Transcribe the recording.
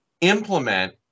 implement